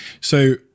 So-